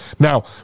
Now